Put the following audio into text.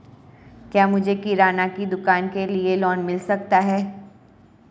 क्या मुझे किराना की दुकान के लिए लोंन मिल सकता है?